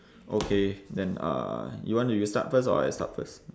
okay then uh you want to you start first or I start first